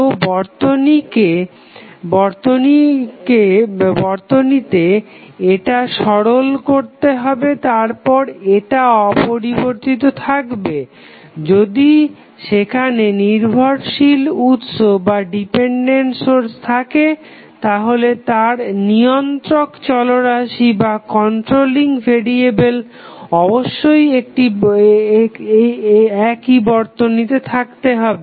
তো এই বর্তনীতে এটাকে সরল করতে হবে তারপর এটা অপরিবর্তিত থাকবে যদি সেখানে নির্ভরশীল উৎস থাকে তাহলে তার নিয়ন্ত্রক চলরাশিকে অবশ্যই একই বর্তনীতে থাকতে হবে